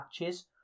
matches